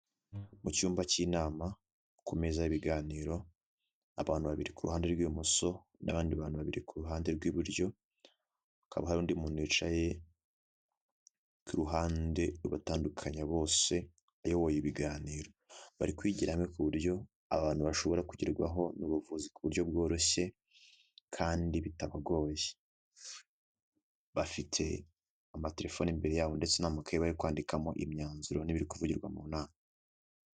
Mu cyumba cy'inama ku meza y'ibiganiro abantu babiri ru ruhande rw'ibumoso, n'abandi bantu babiri ku ruhande rw'iburyo, hakaba hari undi muntu wicaye ku ruhande batandukanya bose ayoboye ibiganiro bari kwigira hamwe ku buryo abantu bashobora kugerwaho n'ubuvuzi ku buryo bworoshye kandi bitabagoye, bafite amatelefone imbere y'abo ndetse n'amakaye yo kwandikamo imyanzuro n'ibiri kuvugirwa mu nama.